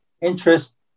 interest